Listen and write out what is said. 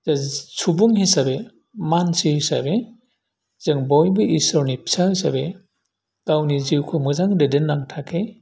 जे सुबुं हिसाबै मानसि हिसाबै जों बयबो इसोरनि फिसा हिसाबै गावनि जिउखौ मोजां दैदेनलांनो थाखै